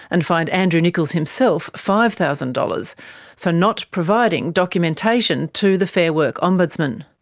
and fined andrew nickolls himself five thousand dollars for not providing documentation to the fair work ombudsman.